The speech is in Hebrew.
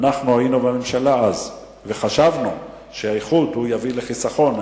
אנחנו היינו בממשלה אז וחשבנו שהאיחוד יביא לחיסכון,